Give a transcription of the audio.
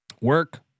work